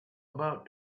about